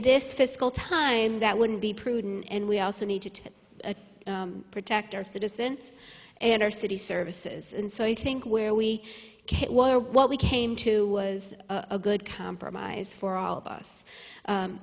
this fiscal time that wouldn't be prudent and we also need to protect our citizens and our city services and so i think where we are what we came to was a good compromise for all of